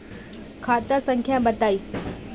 खाता संख्या बताई?